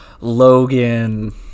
Logan